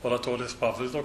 oratorijos pavaizdo